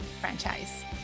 franchise